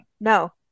No